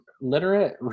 literate